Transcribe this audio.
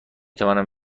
توانم